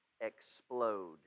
explode